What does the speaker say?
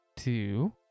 Two